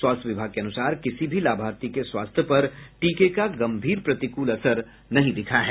स्वास्थ्य विभाग के अनुसार किसी भी लाभार्थी के स्वास्थ्य पर टीके का गम्भीर प्रतिकूल असर नहीं दिखा है